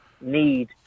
need